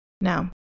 Now